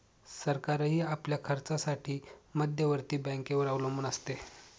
सरकारही आपल्या खर्चासाठी मध्यवर्ती बँकेवर अवलंबून असते